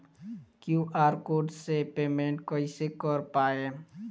QR code से payment कईसे कर पाएम?